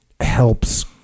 helps